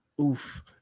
Oof